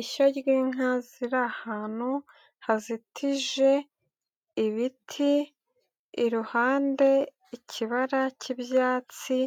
Ishyo ry'inka ziri ahantu hazitije ibiti, iruhande ikibara cy'ibyatsi,